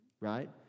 Right